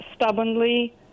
stubbornly